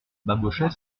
babochet